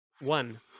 One